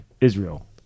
Israel